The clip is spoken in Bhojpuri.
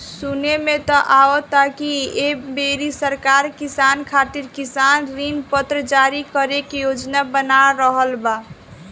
सुने में त आवता की ऐ बेरी सरकार किसान खातिर किसान ऋण पत्र जारी करे के योजना बना रहल बा